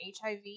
HIV